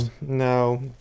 no